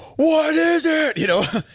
what is it? you know,